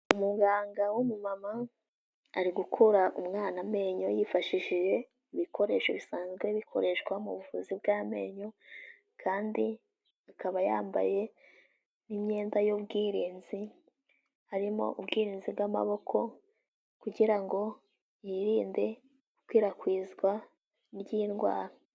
Umuganga w'ubumama ari gukura umwana amenyo yifashishije ibikoresho bisanzwe bikoreshwa mu buvuzi bw'amenyo kandi akaba yambaye n'imyenda y'ubwirinzi, harimo ubwirinzi bw'amaboko kugira ngo yirinde ikwirakwizwa ry'indwara.